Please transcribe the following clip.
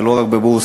ולא רק בבורסה,